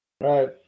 Right